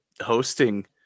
hosting